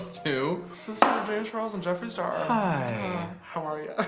to sister james charles and jeffree star hi, how are ya? ah